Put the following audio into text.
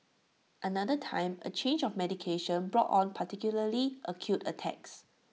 another time A change of medication brought on particularly acute attacks